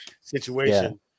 situation